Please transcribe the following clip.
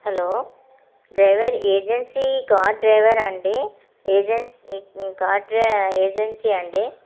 hello driver agency car డ్రైవరా అండి agency car డ్రై ఏజెన్సీయా అండి